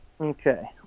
Okay